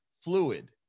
fluid